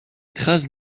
traces